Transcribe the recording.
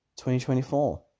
2024